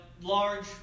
large